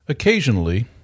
Occasionally